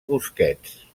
busquets